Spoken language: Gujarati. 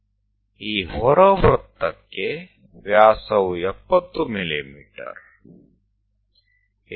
આ બહારના વર્તુળ માટે વ્યાસ એ 70 mm છે